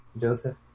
Joseph